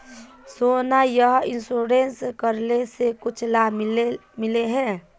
सोना यह इंश्योरेंस करेला से कुछ लाभ मिले है?